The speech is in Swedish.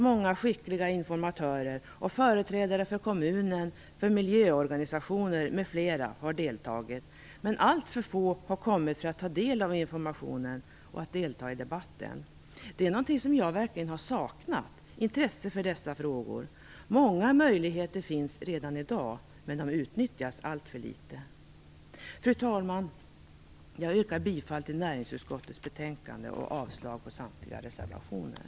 Många skickliga informatörer har anlitats, och företrädare för kommunen och miljöorganisationer, m.fl. har deltagit. Men alltför få har kommit för att ta del av informationen och delta i debatten. Det är något som jag verkligen har saknat, ett intresse för dessa frågor. Många möjligheter finns redan i dag men utnyttjas alltför litet. Fru talman! Jag yrkar bifall till näringsutskottets hemställan i betänkandet och avslag på samtliga reservationer.